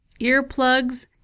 earplugs